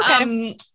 okay